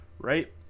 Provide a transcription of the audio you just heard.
right